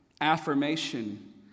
affirmation